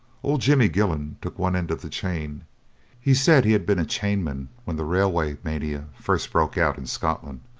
old jimmy gillon took one end of the chain he said he had been a chainman when the railway mania first broke out in scotland,